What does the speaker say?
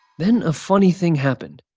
then a funny thing happened.